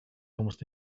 almost